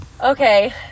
Okay